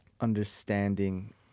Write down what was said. understanding